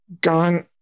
gone